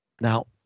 Now